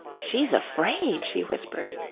she's afraid, she whispered.